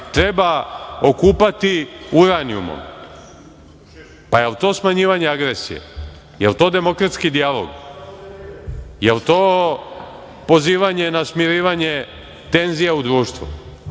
treba okupati uranijumom. Pa, jel to smanjivanje agresije? Jel to demokratski dijalog? Jel to pozivanje na smirivanje tenzija u društvu? Pošto